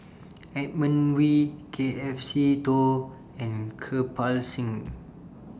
Edmund Wee K F Seetoh and Kirpal Singh